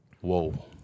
Whoa